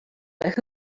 but